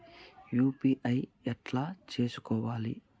UPI ఎట్లా చేసుకోవాలి?